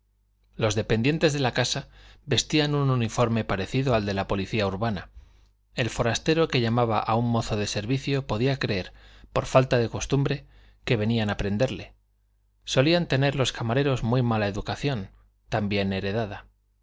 los dependientes de la casa vestían un uniforme parecido al de la policía urbana el forastero que llamaba a un mozo de servicio podía creer por la falta de costumbre que venían a prenderle solían tener los camareros muy mala educación también heredada